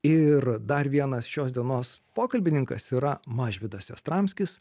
ir dar vienas šios dienos pokalbininkas yra mažvydas jastramskis